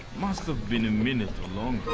must have been a minute or longer.